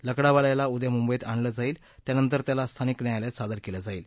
लकडावाला याला उद्या मुंबईत आणलं जाईल त्यानंतर त्याला स्थानिक न्यायालयात सादर केलं जाईल